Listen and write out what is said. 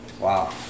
Wow